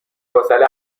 حوصله